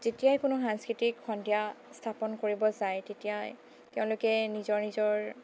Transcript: যেতিয়াই কোনো সাংস্কৃতিক সন্ধ্যা স্থাপন কৰিব যায় তেতিয়াই তেওঁলোকে নিজৰ নিজৰ